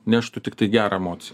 neštų tiktai gerą emociją